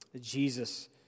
Jesus